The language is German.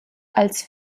als